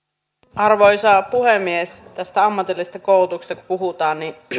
arvoisa puhemies tästä ammatillisesta koulutuksesta kun puhutaan niin